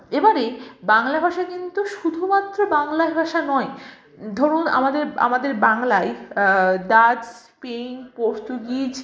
এবারে বাংলা ভাষা কিন্তু শুধুমাত্র বাংলা ভাষা নয় ধরুন আমাদের আমাদের বাংলায় ডাচ স্পেন পর্তুগিজ